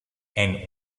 and